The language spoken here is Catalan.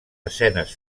escenes